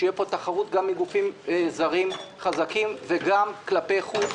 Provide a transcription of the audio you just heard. שתהיה פה תחרות גם מגופים זרים חזקים וגם כלפי חוץ,